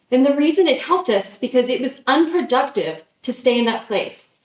and the reason it helped us because it was unproductive to stay in that place.